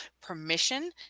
permission